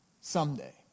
someday